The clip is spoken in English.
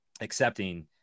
accepting